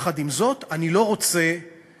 יחד עם זאת, אני לא רוצה שבשם,